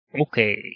Okay